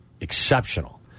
exceptional